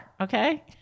okay